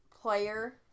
player